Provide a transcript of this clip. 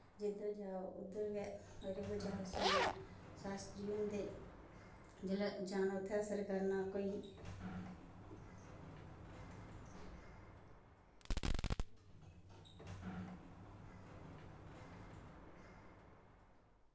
जिध्दर जाओ उध्दर गै बजार सुनो शास्त्री हुंदे जिसलै जाना उत्थें असर करना कोई